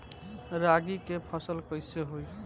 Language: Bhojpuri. रागी के फसल कईसे होई?